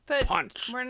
Punch